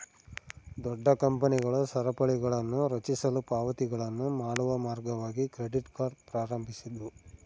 ದೊಡ್ಡ ಕಂಪನಿಗಳು ಸರಪಳಿಗಳನ್ನುರಚಿಸಲು ಪಾವತಿಗಳನ್ನು ಮಾಡುವ ಮಾರ್ಗವಾಗಿ ಕ್ರೆಡಿಟ್ ಕಾರ್ಡ್ ಪ್ರಾರಂಭಿಸಿದ್ವು